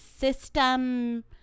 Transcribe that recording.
system